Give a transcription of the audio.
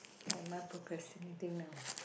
am I procrastinating now